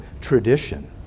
tradition